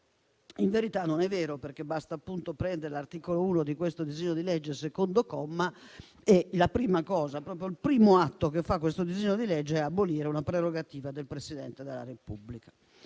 In verità non è vero, perché basta prendere l'articolo 1 di questo disegno di legge, al secondo comma, e la prima cosa, proprio il primo atto, che fa questo disegno di legge è abolire una prerogativa del Presidente della Repubblica.